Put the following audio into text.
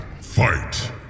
Fight